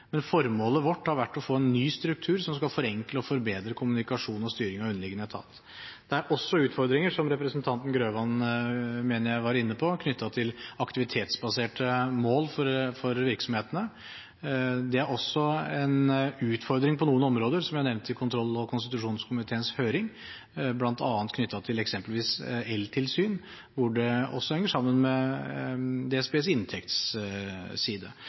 Men formålet vårt har vært å få en ny struktur, som skal forenkle og forbedre kommunikasjon og styring av underliggende etat. Det er også utfordringer, som representanten Grøvan – mener jeg – var inne på, knyttet til aktivitetsbaserte mål for virksomhetene. Det er også en utfordring på noen områder, som jeg nevnte i kontroll- og konstitusjonskomiteens høring, bl.a. knyttet til eksempelvis eltilsyn, hvor det også henger sammen med DSBs inntektsside. Det